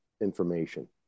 information